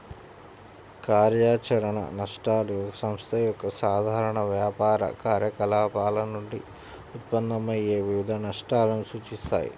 కార్యాచరణ నష్టాలు ఒక సంస్థ యొక్క సాధారణ వ్యాపార కార్యకలాపాల నుండి ఉత్పన్నమయ్యే వివిధ నష్టాలను సూచిస్తాయి